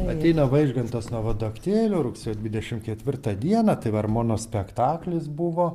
ateina vaižgantas nuo vadaktėlių rugsėjo dvidešimt ketvirtą dieną tai va ir monospektaklis buvo